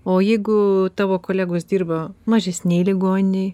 o jeigu tavo kolegos dirba mažesnėj ligoninėj